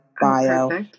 bio